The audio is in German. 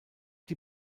die